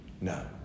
No